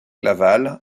laval